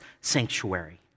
sanctuary